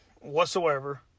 whatsoever